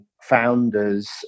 founders